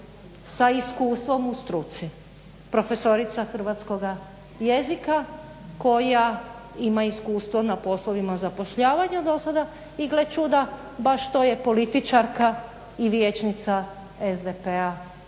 sa iskustvom u struci, profesorica hrvatskoga jezika koja ima iskustvo na poslovima zapošljavanja do sada. I gle čuda baš to je političarska i vijećnica SDP-a